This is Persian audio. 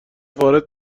وارد